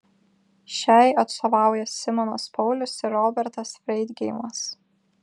šiai atstovauja simonas paulius ir robertas freidgeimas